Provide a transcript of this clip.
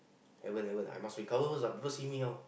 haven't haven't I must recover first ah people see me how